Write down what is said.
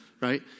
right